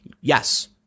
yes